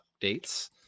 updates